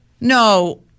No